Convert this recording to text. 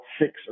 six